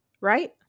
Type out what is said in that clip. right